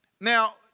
Now